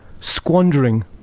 squandering